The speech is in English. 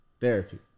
therapy